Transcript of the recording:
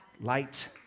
Light